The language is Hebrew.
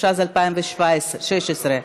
התשע"ז 2016,